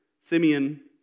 Simeon